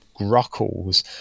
grockles